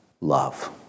love